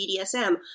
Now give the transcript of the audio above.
BDSM